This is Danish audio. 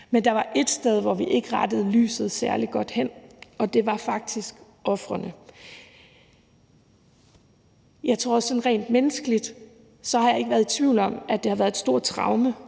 Men der var ét sted, hvor vi ikke rettede lyset særlig godt hen, og det var faktisk på ofrene. Sådan rent menneskeligt har jeg ikke været i tvivl om, at det har været et stort traume